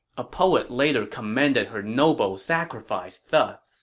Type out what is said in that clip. a poet later commended her noble sacrifice but